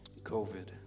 COVID